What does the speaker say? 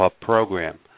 program